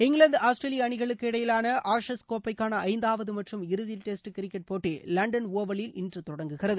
England Australia அணிகளுக்கு இடையிலான Ashes கோப்பைக்கான ஐந்தாவது மற்றும் இறுதி டெஸ்ட் கிரிக்கெட் போட்டி லண்டன் ஓவலில் இன்று தொடங்குகிறது